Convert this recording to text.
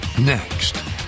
Next